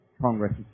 Congress